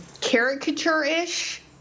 caricature-ish